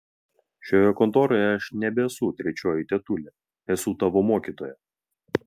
šioje kontoroje aš nebesu trečioji tetulė esu tavo mokytoja